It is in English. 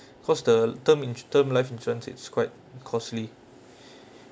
cause the term in term life insurance it's quite costly